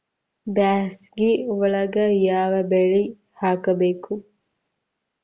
ಬ್ಯಾಸಗಿ ಒಳಗ ಯಾವ ಬೆಳಿ ಹಾಕಬೇಕು?